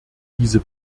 diese